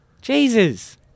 Jesus